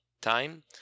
time